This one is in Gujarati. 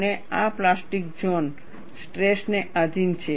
અને આ પ્લાસ્ટિક ઝોન સ્ટ્રેસ ને આધિન છે